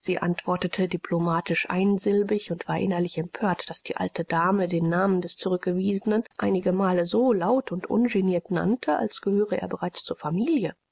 sie antwortete diplomatisch einsilbig und war innerlich empört daß die alte dame den namen des zurückgewiesenen einigemal so laut und ungeniert nannte als gehöre er bereits zur familie